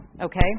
okay